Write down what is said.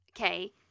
Okay